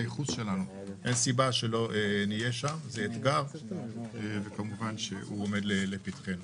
אין סיבה שלא נהיה שם, אבל זה אתגר שעומד לפתחנו.